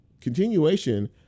continuation